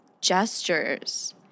gestures